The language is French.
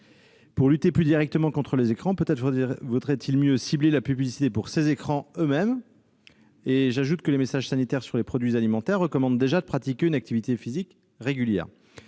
Pour lutter plus directement contre les écrans, peut-être vaudrait-il mieux cibler la publicité pour ces écrans eux-mêmes. J'ajoute que les messages sanitaires figurant sur les produits alimentaires recommandent déjà de pratiquer une activité physique régulière.